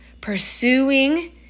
pursuing